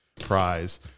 prize